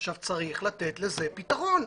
עכשיו צריך לתת לזה פתרון.